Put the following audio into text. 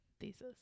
thesis